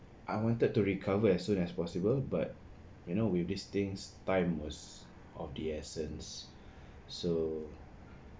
I wanted to recover as soon as possible but you know with these things time was of the essence so